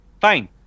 fine